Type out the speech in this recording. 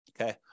Okay